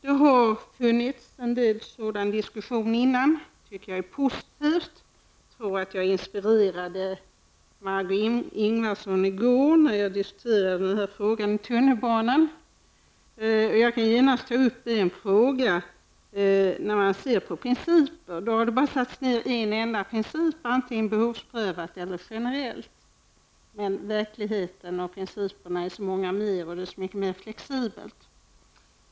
Det har talats en del om detta tidigare, och det tycker jag är positivt -- jag tror att jag inspirerade Margó Ingvardsson i går när jag diskuterade den här frågan i tunnelbanan. Jag kan genast ta upp en fråga om principer. Det har bara angivits en enda princip: antingen behovsprövat eller generellt. Men verkligheten och principerna innebär så mycket mer och är så mycket mer flexibla.